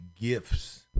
gifts